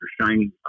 shiny